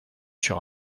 sur